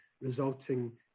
resulting